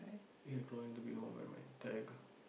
eight o-clock I have to be home by my